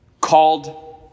called